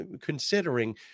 considering